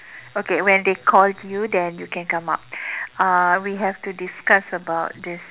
okay when they called you then you can come out uh we have to discuss about this